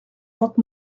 porte